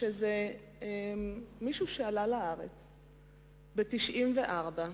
מישהו שעלה לארץ ב-1994,